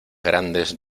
grandes